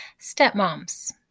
Stepmoms